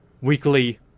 weekly